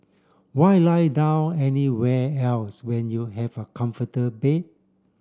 why lie down anywhere else when you have a comforted bed